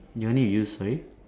you only use sorry